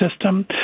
system